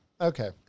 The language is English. Okay